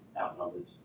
outnumbered